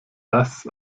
das